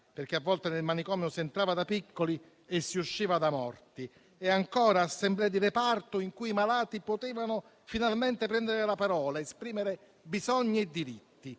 perché a volte nel manicomio si entrava da piccoli e si usciva da morti, e ancora assemblee di reparto in cui i malati potevano finalmente prendere la parola, esprimere bisogni e diritti.